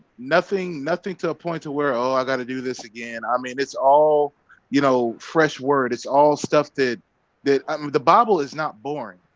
nothing, nothing to a point to where oh i got to do this again. i mean, it's all you know, fresh word it's all stuff that that the bible is not boring.